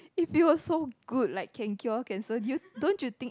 if you are so good like can cure can serve you don't you think